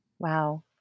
Wow